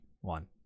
one